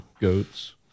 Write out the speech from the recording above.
goats